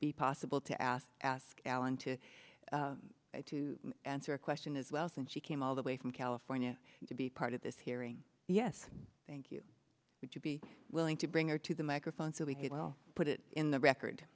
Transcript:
be possible to ask ask alan to answer a question as well since she came all the way from california to be part of this hearing yes thank you would you be willing to bring her to the microphone so we could well put it in the record